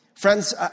Friends